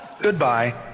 Goodbye